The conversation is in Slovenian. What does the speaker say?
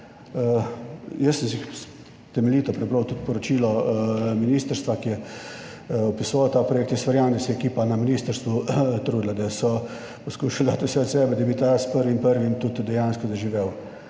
Jaz sem si temeljito prebral tudi poročilo ministrstva, ki je opisoval ta projekt. Jaz verjamem, da se je ekipa na ministrstvu trudila, da so poskušali dat vse od sebe, da bi ta s 1. 1. tudi dejansko zaživel,